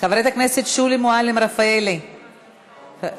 חברת הכנסת שולי מועלם-רפאלי, שולי.